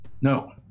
No